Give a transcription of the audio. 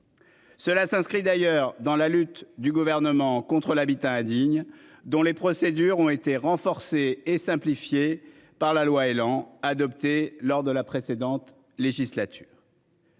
Cela s'inscrit d'ailleurs dans la lutte du gouvernement contre l'habitat indigne, dont les procédures ont été renforcé et simplifié par la loi Elan adopté lors de la précédente législature.